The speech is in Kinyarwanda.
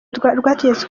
rwategetse